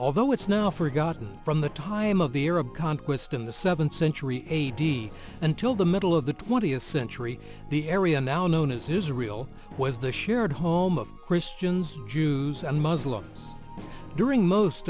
although it's now forgotten from the time of the arab conquest in the seventh century a d until the middle of the twentieth century the area now known as israel was the shared home of christians jews and muslims during most